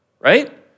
right